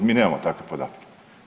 Mi nemamo takve podatke.